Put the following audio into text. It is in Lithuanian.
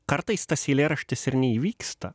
kartais tas eilėraštis ir neįvyksta